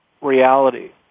reality